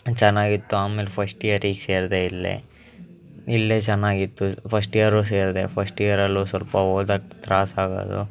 ಚೆನ್ನಾಗಿತ್ತು ಆಮೇಲೆ ಫಸ್ಟ್ ಇಯರಿಗೆ ಸೇರಿದೆ ಇಲ್ಲೇ ಇಲ್ಲೇ ಚೆನ್ನಾಗಿತ್ತು ಫಸ್ಟ್ ಇಯರು ಸೇರಿದೆ ಫಸ್ಟ್ ಇಯರಲ್ಲೂ ಸ್ವಲ್ಪ ಓದಕ್ಕೆ ತ್ರಾಸು ಆಗೋದು